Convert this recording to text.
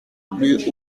plus